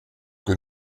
que